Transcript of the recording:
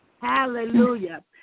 Hallelujah